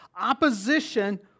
Opposition